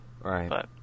Right